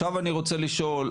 עכשיו אני רוצה לשאול,